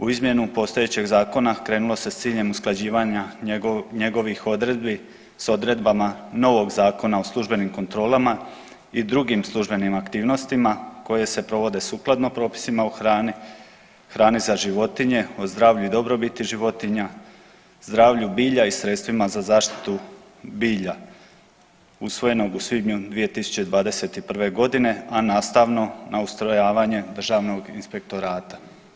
U izmjenu postojećeg zakona krenulo se s ciljem usklađivanja njegovih odredbi s odredbama novog Zakona o službenim kontrolama i drugim službenim aktivnostima koje se provode sukladno propisima o hrani, hrane za životinje, o zdravlju i dobrobiti životinja, zdravlju bilja i sredstvima za zaštitu bilja usvojenog u svibnju 2021. godina, a nastavno na ustrojavanje Državnog inspektorata.